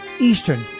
Eastern